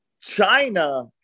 China